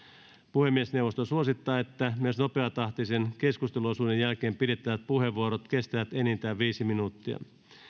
puhemiesneuvosto suosittaa että myös nopeatahtisen keskusteluosuuden jälkeen pidettävät puheenvuorot kestävät enintään viisi minuuttia